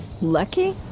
Lucky